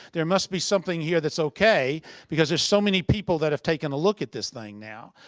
there must be something here that's okay because there's so many people that have taken a look at this thing now.